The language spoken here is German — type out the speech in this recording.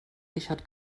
richard